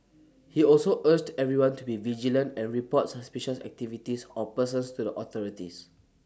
he also urged everyone to be vigilant and report suspicious activities or persons to the authorities